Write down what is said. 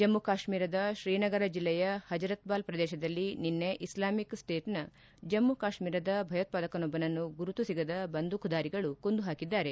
ಜಮ್ನು ಕಾಶ್ನೀರದ ಶ್ರೀನಗರ ಜಿಲ್ಲೆಯ ಹಜ್ ರತ್ಬಾಲ್ ಪ್ರದೇಶದಲ್ಲಿ ನಿನ್ನೆ ಇಸ್ಲಾಮಿಕ್ ಸ್ಲೇಟ್ನ ಜಮ್ನು ಕಾಶ್ನೀರದ ಭಯೋತ್ವಾದಕನೊಬ್ಲನನ್ನು ಗುರುತು ಸಿಗದ ಬಂದೂಕುದಾರಿಗಳು ಕೊಂದು ಹಾಕಿದ್ದಾರೆ